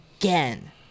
again